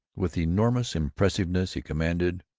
with enormous impressiveness he commanded,